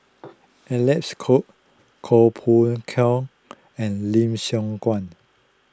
Alec Kuok Koh Poh Koon and Lim Siong Guan